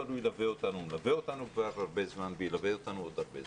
אבל הוא מלווה אותנו כבר הרבה זמן והוא ילווה אותנו עוד הרבה זמן.